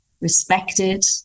respected